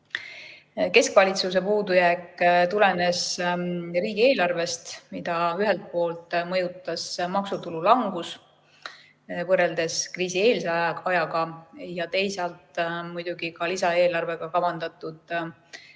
Keskvalitsuse puudujääk tulenes riigieelarvest, mida ühelt poolt mõjutas maksutulu langus võrreldes kriisieelse ajaga ja teisalt muidugi ka lisaeelarvega kavandatud